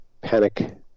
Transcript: panic